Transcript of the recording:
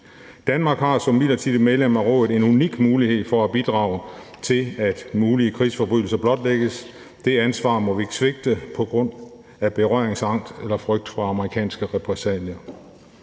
Danmark har som midlertidigt medlem af rådet en unik mulighed for at bidrage til, at mulige krigsforbrydelser blotlægges. Det ansvar må vi ikke svigte på grund af berøringsangst eller frygt for amerikanske repressalier.